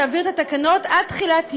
להעביר את התקנות עד תחילת יולי.